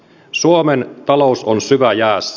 suomen talous on syväjäässä